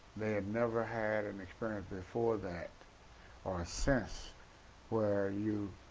they had never had an experience before that or since where you,